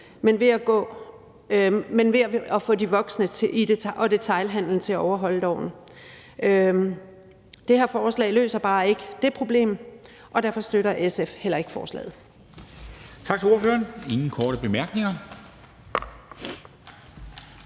men ved at få de voksne og detailhandelen til at overholde loven. Det her forslag løser bare ikke det problem, og derfor støtter SF heller ikke forslaget.